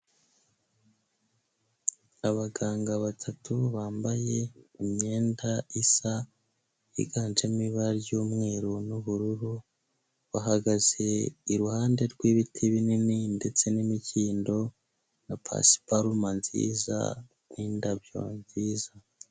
Abaganga batatu bambaye imyenda isa, higanjemo ibara ry'umweru n'ubururu, bahagaze iruhande rw'ibiti binini ndetse n'imikindo na pasiparuma nziza n'indabyo nziza.